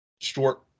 short